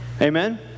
Amen